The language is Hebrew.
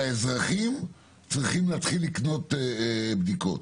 שהאזרחים צריכים להתחיל לקנות בדיקות?